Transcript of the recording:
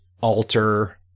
alter